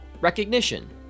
Recognition